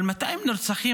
אבל 200 נרצחים.